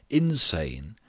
insane,